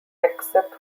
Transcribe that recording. except